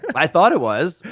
i thought it was.